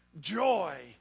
Joy